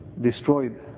Destroyed